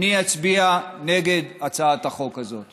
אני אצביע נגד הצעת החוק הזאת.